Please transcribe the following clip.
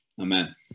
amen